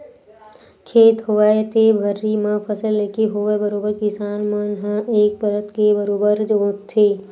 खेत होवय ते भर्री म फसल लेके होवय बरोबर किसान मन ह एक परत के बरोबर जोंतथे